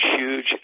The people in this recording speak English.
huge